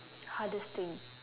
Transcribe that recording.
hardest thing